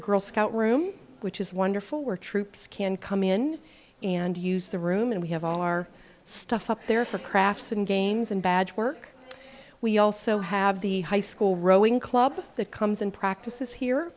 girl scout room which is wonderful we're troops can come in and use the room and we have all our stuff up there for crafts and games and badge work we also have the high school rowing club that comes and practices here